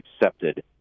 accepted